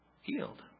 healed